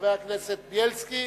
חבר הכנסת בילסקי,